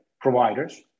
providers